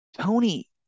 Tony